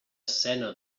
escena